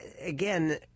again